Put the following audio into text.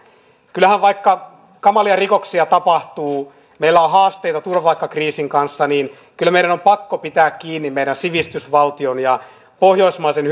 vaikka kamalia rikoksia tapahtuu meillä on haasteita turvapaikkakriisin kanssa niin kyllähän meidän on pakko pitää kiinni meidän sivistysvaltiomme ja pohjoismaisen